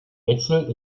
wechsel